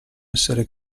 essere